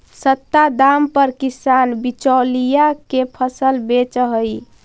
सस्ता दाम पर किसान बिचौलिया के फसल बेचऽ हइ